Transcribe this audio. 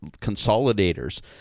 consolidators